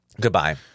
goodbye